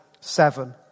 seven